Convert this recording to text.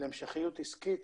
להמשכיות עסקית